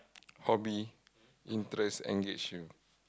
hobby interest engage you